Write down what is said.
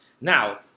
now